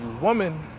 woman